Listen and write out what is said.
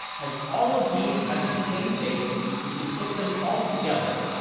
as all of these have the same base we can put them all together.